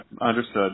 understood